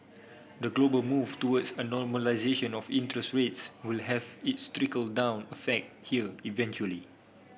the global move towards a normalisation of interest rates will have its trickle down effect here eventually